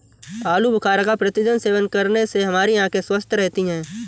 आलू बुखारा का प्रतिदिन सेवन करने से हमारी आंखें स्वस्थ रहती है